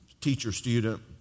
teacher-student